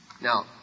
Now